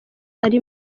ari